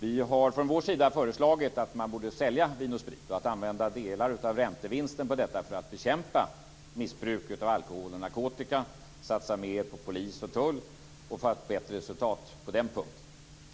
Vi har från vår sida föreslagit att man borde sälja Vin & Sprit och använda delar av räntevinsten på detta för att bekämpa missbruket av alkohol och narkotika, satsa mer på polis och tull och nå bättre resultat på den punkten.